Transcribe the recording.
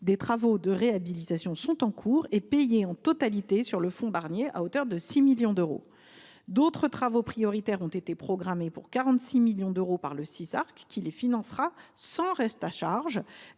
Des travaux de réhabilitation sont en cours, financés en totalité par le fonds Barnier, à hauteur de 6 millions d’euros. D’autres travaux prioritaires ont été programmés par le Sisarc, pour 46 millions d’euros ; le syndicat mixte les financera sans reste à charge